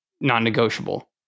non-negotiable